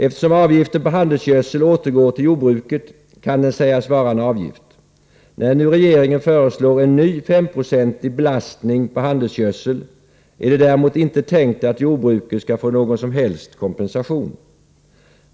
Eftersom avgiften på handelsgödsel återgår till jordbruket, kan den sägas vara en avgift. När nu regeringen föreslår en ny 5-procentig belastning på handelsgödsel är det däremot inte tänkt att jorbruket skall få någon som helst kompensation.